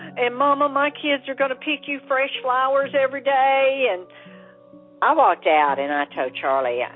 and mama, my kids are going to pick you fresh flowers every day. and i walked out and i told charlie, yeah